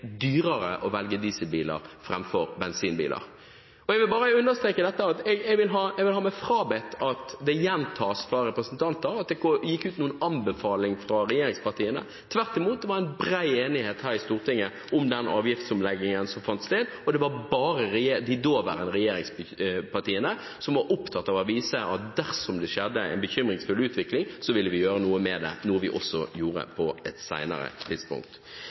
dyrere å velge dieselbiler framfor bensinbiler. Jeg vil bare understreke at jeg vil ha meg frabedt at det gjentas fra representanter at det gikk ut noen anbefaling fra de daværende regjeringspartiene. Tvert imot – det var bred enighet her i Stortinget om den avgiftsomleggingen som fant sted, og det var bare de daværende regjeringspartiene som var opptatt av å vise at dersom det skjedde en bekymringsfull utvikling, ville vi gjøre noe med det – noe vi også gjorde på et senere tidspunkt.